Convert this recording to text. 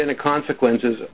consequences